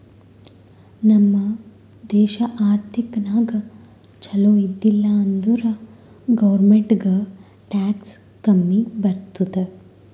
ನಮ್ ದೇಶ ಆರ್ಥಿಕ ನಾಗ್ ಛಲೋ ಇದ್ದಿಲ ಅಂದುರ್ ಗೌರ್ಮೆಂಟ್ಗ್ ಟ್ಯಾಕ್ಸ್ ಕಮ್ಮಿ ಬರ್ತುದ್